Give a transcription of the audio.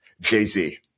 Jay-Z